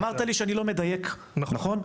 אמרת לי שאני לא מדייק, נכון?